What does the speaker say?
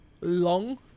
long